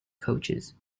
coaches